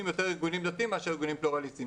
יותר ארגונים דתיים מאשר ארגונים פלורליסטים.